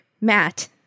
Matt